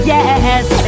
Yes